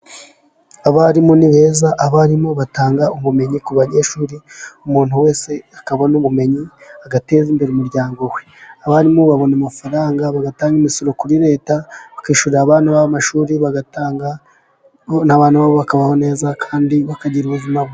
Abarimu ni beza. Abarimu batanga ubumenyi ku banyeshuri. Umuntu wese akabona ubumenyi agateza imbere umuryango we. Abarimu babona amafaranga bagatanga imisoro kuri Leta, bakishyurira abana babo amashuri, bagatanga, noneho abana babo bakabaho neza kandi bakagira ubuzima bwiza.